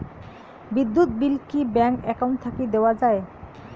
বিদ্যুৎ বিল কি bank account থাকি দেওয়া য়ায়?